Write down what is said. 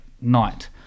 night